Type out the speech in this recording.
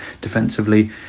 defensively